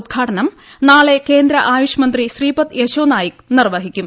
ഉദ്ഘാടനം നാളെ കേന്ദ്ര ആയുഷ് മന്ത്രി ശ്രീപദ് യശോനായിക് നിർവ്വഹിക്കും